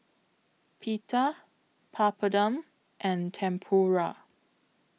Pita Papadum and Tempura